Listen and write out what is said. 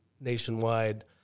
nationwide